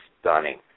stunning